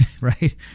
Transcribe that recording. right